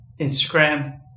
Instagram